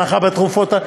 הנחה בתרופות,